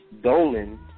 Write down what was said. Dolan